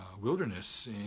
wilderness